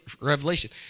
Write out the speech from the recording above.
revelation